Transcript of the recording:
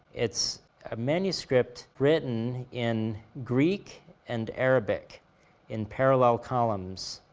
it's a manuscript written in greek and arabic in parallel columns.